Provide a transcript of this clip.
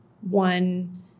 one